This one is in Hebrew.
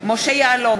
משה יעלון,